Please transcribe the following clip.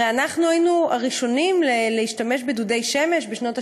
הרי אנחנו היינו הראשונים שהשתמשו בדודי שמש בשנות ה-80.